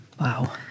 Wow